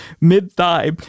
mid-thigh